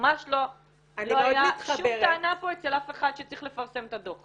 ממש לא הייתה שום טענה פה אצל אף אחד שצריך לפרסם את הדוח.